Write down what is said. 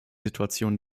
situation